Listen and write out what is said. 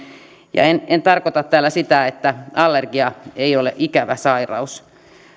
ja en en tarkoita tällä sitä että allergia ei ole ikävä sairaus